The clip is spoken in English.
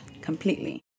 Completely